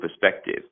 perspective